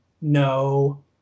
No